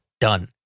done